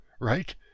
right